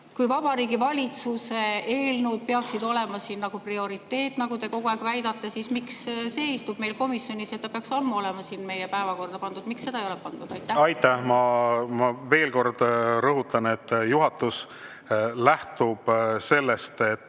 Kui Vabariigi Valitsuse eelnõud peaksid olema prioriteet, nagu te kogu aeg väidate, siis miks see [eelnõu] istub meil komisjonis? See peaks ammu olema meie päevakorda pandud. Miks seda ei ole pandud? Aitäh! Ma veel kord rõhutan, juhatus lähtub sellest, et